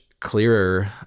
clearer